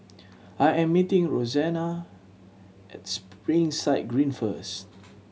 I am meeting Rosanna at Springside Green first